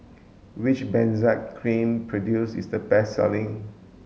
which Benzac cream produce is the best selling